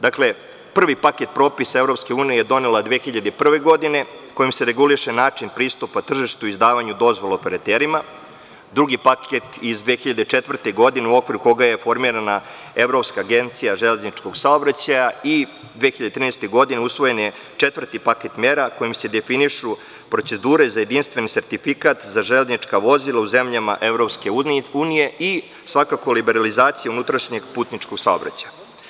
Dakle, prvi paket propisa EU donela je 2001. godine, kojim se reguliše način pristupa tržištu i izdavanju dozvola operaterima, drugi paket iz 2004. godine u okviru koga je formirana Evropska agencija železničkog saobraćaja i 2013. godine usvojen je četvrti paket mera kojim se definišu procedure za jedinstven sertifikat za železnička vozila u zemljama EU i svakako liberalizacija unutrašnjeg putničkog saobraćaja.